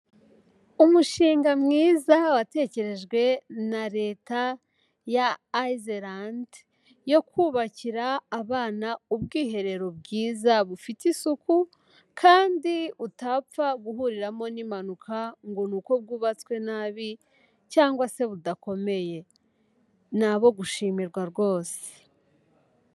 Umushinga mwiza watekerejwe na Leta ya Island yo kubakira abana ubwiherero bwiza bufite isuku, kandi utapfa guhuriramo n'impanuka ngo ni uko bwubatswe nabi cyangwa se budakomeye, ni abo gushimirwa rwose.